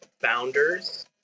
founders